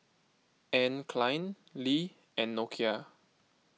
Anne Klein Lee and Nokia